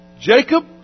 Jacob